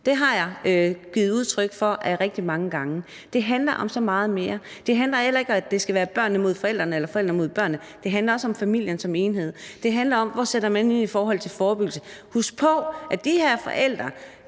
Det har jeg givet udtryk for rigtig mange gange. Det handler om så meget mere. Det handler heller ikke om, at det skal være børnene mod forældrene eller forældrene mod børnene; det handler også om familien som enhed; det handler om, hvor man sætter ind i forhold til forebyggelse. Husk på, at de her forældre